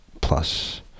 plus